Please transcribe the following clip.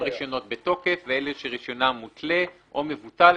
רישיונות בתוקף ואלה שרישיונם מותלה או מבוטל,